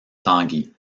tanguy